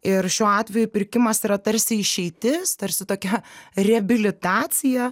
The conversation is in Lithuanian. ir šiuo atveju pirkimas yra tarsi išeitis tarsi tokia reabilitacija